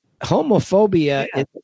Homophobia